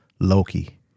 Loki